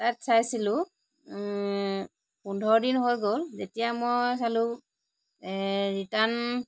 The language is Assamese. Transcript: তাত চাইছিলোঁ পোন্ধৰ দিন হৈ গ'ল এতিয়া মই চালো ৰিটাৰ্ন